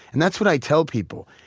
and that's what i tell people.